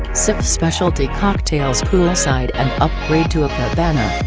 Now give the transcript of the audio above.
sip specialty cocktails poolside and upgrade to a cabana,